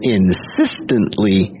insistently